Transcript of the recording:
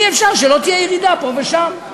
אי-אפשר שלא תהיה ירידה פה ושם.